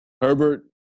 Herbert